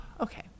Okay